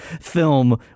film